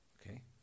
Okay